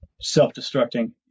self-destructing